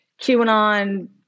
QAnon